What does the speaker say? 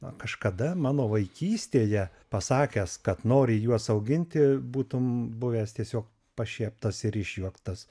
na kažkada mano vaikystėje pasakęs kad nori juos auginti būtum buvęs tiesiog pašieptas ir išjuoktas